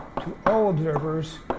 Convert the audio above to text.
to all observers,